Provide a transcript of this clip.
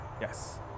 Yes